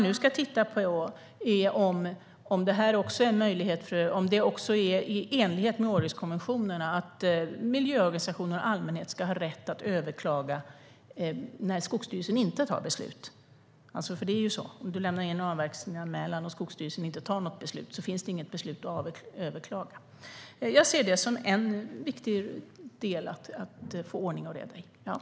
Nu ska man titta på om det är i enlighet med Århuskonventionen att miljöorganisationer och allmänhet ska ha rätt att överklaga när Skogsstyrelsen inte fattar beslut. Om du lämnar in avverkningsanmälan och Skogsstyrelsen inte fattar något beslut finns inget beslut att överklaga. Jag ser det som en viktig del att få ordning och reda i.